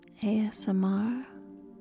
ASMR